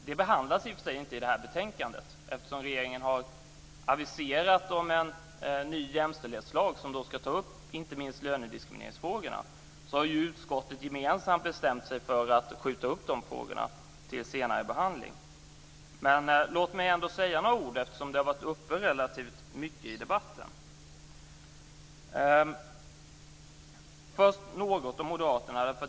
Det behandlas i och för sig inte i det här betänkande. Eftersom regeringen har aviserat att det ska komma en ny jämställdhetslag som inte minst ska ta upp lönediskrimineringsfrågorna har utskottet gemensamt bestämt sig för att skjuta upp de frågorna till en senare behandling. Men låt mig ändå säga några ord om detta eftersom det har varit uppe relativt mycket i debatten. Låt mig först säga något om Moderaterna.